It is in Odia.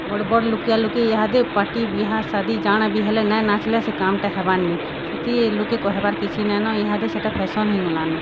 ବଡ଼୍ ବଡ଼୍ଲୁକିଆ ଲୁକେ ଏହାଦେ ପାଟି ବିହା ସାଧୀ ଜାଣ ବି ହେଲେ ନାଇଁ ନାଚିଲେ ସେ କାମ୍ଟା ହେବାର୍ନି ସେଥି ଲୋକେ କହେବାର୍ କିଛି ନାଇଁନ ଏହାଦେ ସେଟା ଫ୍ୟାସନ୍ ହେଇ ଗଲାନ